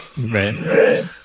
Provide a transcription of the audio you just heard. Right